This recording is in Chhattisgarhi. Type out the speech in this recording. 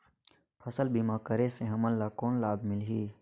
फसल बीमा करे से हमन ला कौन लाभ मिलही?